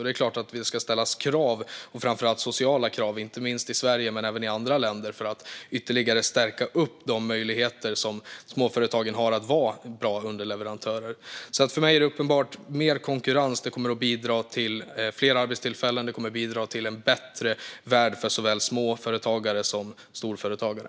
Det är klart att man ska ställa krav, framför allt sociala krav, inte minst i Sverige men även i andra länder, för att ytterligare stärka de möjligheter småföretagen har att vara bra underleverantörer. För mig är det uppenbart: Mer konkurrens kommer att bidra till fler arbetstillfällen och till en bättre värld för såväl småföretagare som storföretagare.